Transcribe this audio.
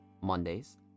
Mondays